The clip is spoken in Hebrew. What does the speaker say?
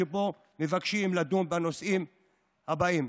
שבה מבקשים לדון בנושאים האלה: